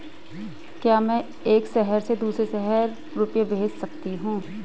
क्या मैं एक शहर से दूसरे शहर रुपये भेज सकती हूँ?